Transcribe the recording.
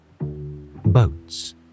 Boats